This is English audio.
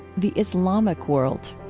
the islamic world